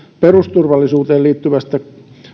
perusturvallisuuteen liittyvästä